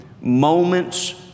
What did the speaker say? moments